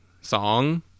song